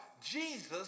Jesus